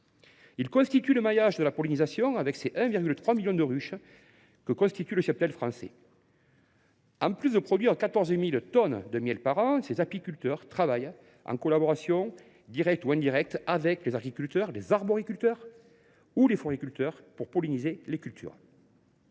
ils constituent le maillage de la pollinisation, avec les 1,3 million de ruches que compte le cheptel français. En plus de produire 14 000 tonnes de miel par an, ils travaillent en collaboration directe ou indirecte avec les agriculteurs, les arboriculteurs ou les floriculteurs pour polliniser les cultures.